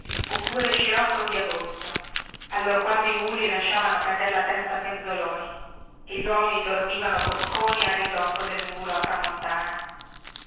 oppure scirocco di agosto allorquando i muli lasciavano cader la testa penzoloni e gli uomini dormivano bocconi a ridosso del muro a tramontana